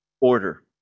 order